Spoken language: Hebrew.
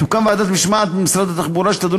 תוקם ועדת משמעת במשרד התחבורה שתדון